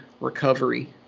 recovery